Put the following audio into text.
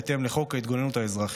בהתאם לחוק ההתגוננות האזרחית.